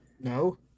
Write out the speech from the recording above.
No